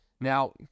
Now